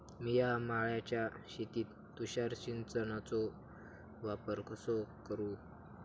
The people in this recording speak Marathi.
मिया माळ्याच्या शेतीत तुषार सिंचनचो वापर कसो करू?